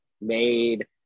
made